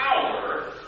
power